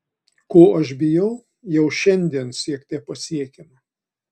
ko aš bijau jau šiandien siekte pasiekiama